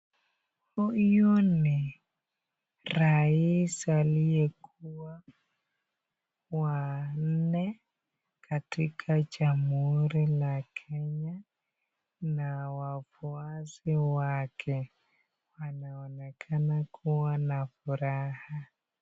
Huyu ni rais aliyekuwa wanne katika jamhuri la Kenya na wafuasi wake. Wanaonekana kuwa na furaha.